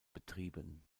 betrieben